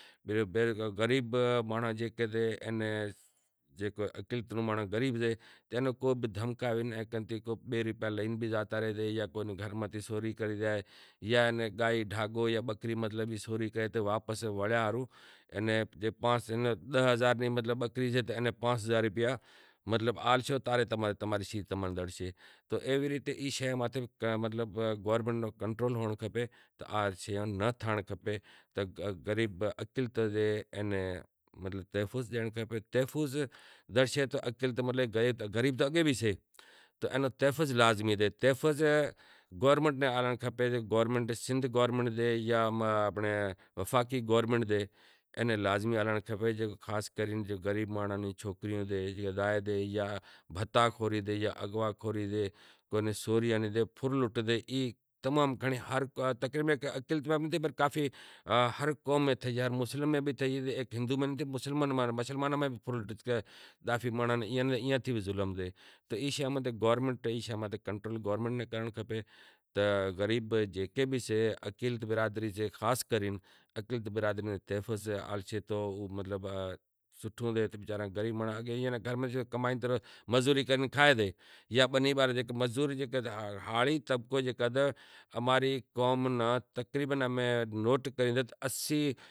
غریب مانڑاں یا کوئی گھر متھے سوری کرے زائے جاں کو گائےڈھگو سوری کرے زائے تو واپس وڑیا ہاروں اینے پانس داہ ہزار نی مطلب باکری سے تو پانس ہزار تمیں آلشو تو تماں نے سیز زڑشے۔ ایوی ریت ای چیز ماتھے گورمینٹ نو کنٹرول ہوئنڑ کھپے کہ آ سیز ناں تھینڑ کھپے غریب ناں تحفظ ڈینڑ کھپے، اقلیت ناں تحفظ آلنڑ کھپے ہندو مسلمان بھی سیں، کافی مسلمان ماتھے بھی ظلم سے پر گورمینٹ نو فرض سے کی خاش کرے اقلیت برادی ناں تحفظ آلنڑ کھپے مطلب وسارا غریب مانڑاں مزوری کرے کھائیں مطلب ہاڑی طبقو جیکڈینہں اماری قوم ناں تقریبن امیں نوٹ کریو